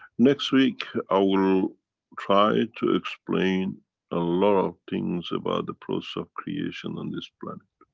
next week i will try to explain a lot of things about the process of creation on this planet.